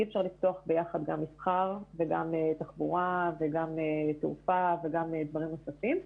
אי אפשר לפתוח ביחד גם מסחר וגם תחבורה וגם תעופה וגם דברים נוספים,